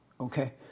Okay